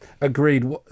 Agreed